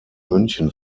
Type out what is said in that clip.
münchen